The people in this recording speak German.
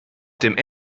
dem